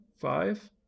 five